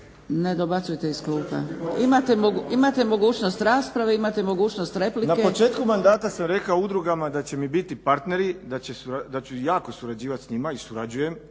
Ne dobacujte iz klupa. Imate mogućnost rasprave i imate mogućnost replike. **Matić, Predrag Fred** Na početku mandata sam rekao udrugama da će mi biti partneri, da ću jako surađivati s njima i surađujem,